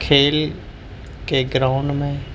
کھیل کے گراؤنڈ میں